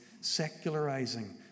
secularizing